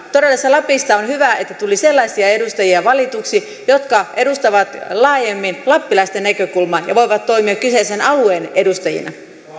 todellisuudessa on hyvä että lapista tuli sellaisia edustajia valituksi jotka edustavat laajemmin lappilaista näkökulmaa ja voivat toimia kyseisen alueen edustajina